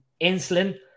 insulin